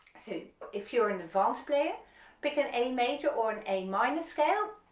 so if you're an advanced player pick an a major or an a minor scale,